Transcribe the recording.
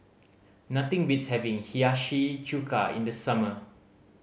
nothing beats having Hiyashi Chuka in the summer